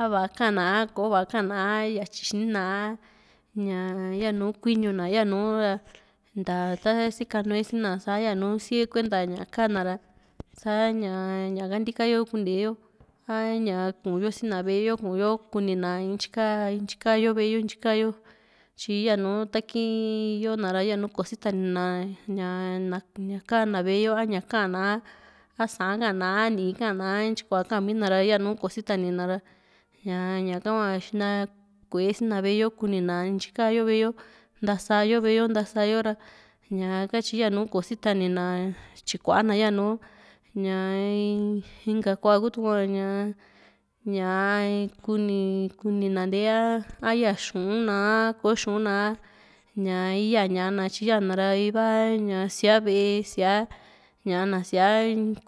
a va´a ka´an a kò´o va´a ka´an na a yatyi xinina a ña yanu kuiñu na yanu ra nta ta sikanue sina a yanu sia kuenta nta ña ka´na ra sa´ña ñaka ntika yo kuni yo a ña kuuyo sii na ve´e yo kuyo kuni na ntyi ka yo ve´e yo ntyi kayo tyi yanu kii yona ra yanu kò´o sitani na ñaa na ña ka´na ve´e yo ña ka´an a a Sa'an ka´an a nii ka´an a ntyi kua kamina ra yanu kò´o sitani na ra ña ña´ka hua xina kuee sina ve´e yo kuni na ntyi kayo ve´e yo ntasa yo ve´e yo ntasa yo ra ñaa ka tyi yanu kò´o sitani na tyikuana yanu ñaa in inka kuakutua ñaa ña kuni kuninte a a ya xu´un na akò´o xu´un na a yaa ña´na tyi yana ra iva ña siaa ve´e sia ñaa na sia